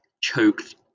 choked